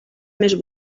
més